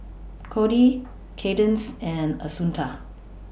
Kody Cadence and Assunta